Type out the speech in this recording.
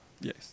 Yes